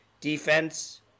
defense